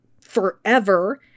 forever